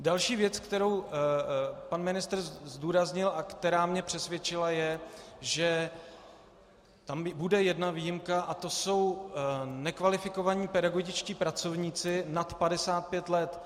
Další věc, kterou pan ministr zdůraznil a která mě přesvědčila, je, že tam bude jedna výjimka, a to jsou nekvalifikovaní pedagogičtí pracovníci nad 55 let.